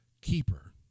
keeper